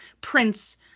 Prince